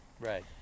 Right